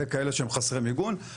זה כאלה שהם חסרי מיגון.